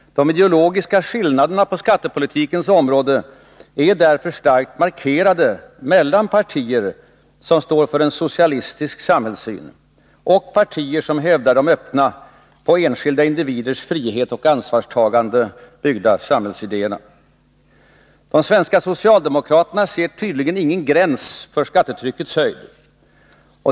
De ideologiska skillnaderna på skattepolitikens område är därför starkt markerade mellan partier som står för en socialistisk samhällssyn och partier som hävdar de öppna, på enskilda individers frihet och ansvarstagande byggda samhällsidéerna. De svenska socialdemokraterna ser tydligen ingen gräns för skattetryckets höjd.